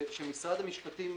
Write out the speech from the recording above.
שמשרד המשפטים,